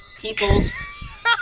people's